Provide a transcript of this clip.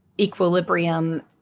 equilibrium